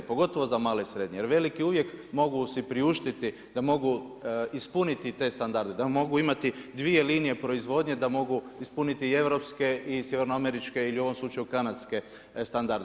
Pogotovo za male i srednje, jer veliki uvijek mogu se priuštiti da mogu ispuniti te standarde, da mogu imati 2 linije proizvodnje, da mogu ispuniti europske i sjevernoameričke ili u ovom slučaju kanadske standarde.